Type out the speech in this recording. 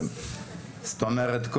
זאת אומרת,